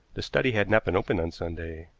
the study had not been opened on sunday.